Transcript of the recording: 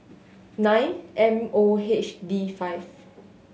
nine M O H D five